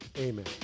amen